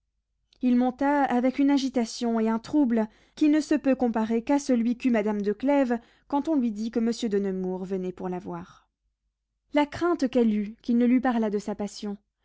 il monta avec une agitation et un trouble qui ne se peut comparer qu'à celui qu'eut madame de clèves quand on lui dit que monsieur de nemours venait pour la voir la crainte qu'elle eut qu'il ne lui parlât de sa passion